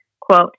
quote